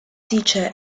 teacher